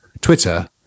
Twitter